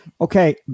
Okay